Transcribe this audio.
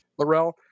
Lorel